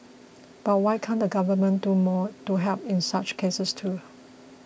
but why can't the government do more to help in such cases too